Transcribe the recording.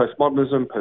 postmodernism